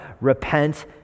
repent